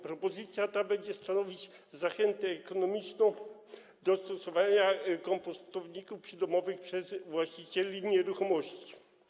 Propozycja ta będzie stanowić zachętę ekonomiczną do stosowania kompostowników przydomowych przez właścicieli nieruchomości.